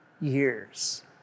years